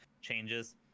changes